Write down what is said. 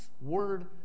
word